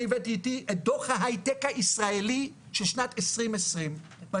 אני הבאתי איתי את דוח היי טק הישראלי של שנת 2020 ואני